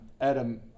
Adam